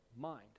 mind